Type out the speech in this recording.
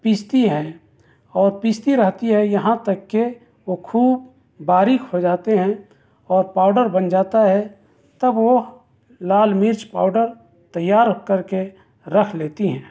پیستی ہیں اور پیستی رہتی ہے یہاں تک کہ وہ خوب باریک ہو جاتے ہیں اور پاؤڈر بن جاتا ہے تب وہ لال مرچ پاؤڈر تیار کر کے رکھ لیتی ہیں